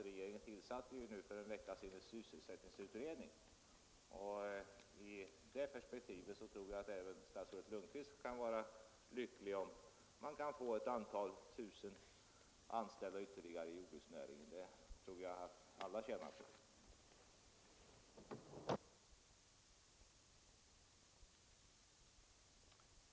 Regeringen tillsatte ju för en vecka sedan sysselsättningsutredningen, och i det perspektivet tycker jag att också statsrådet Lundkvist kan vara lycklig om vi får några tusen människor ytterligare anställda i jordbruksnäringen. Det tror jag att alla skulle tjäna på.